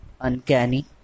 uncanny